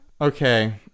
Okay